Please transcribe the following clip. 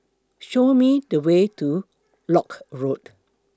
Show Me The Way to Lock Road